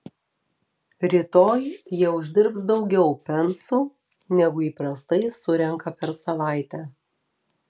rytoj jie uždirbs daugiau pensų negu įprastai surenka per savaitę